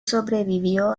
sobrevivió